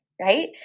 Right